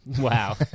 Wow